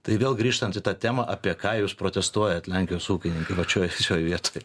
tai vėl grįžtant į tą temą apie ką jūs protestuojat lenkijos ūkininkai pačioj šioj vietoj